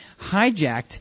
hijacked